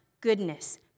goodness